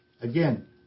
Again